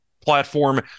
Platform